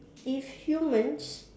if humans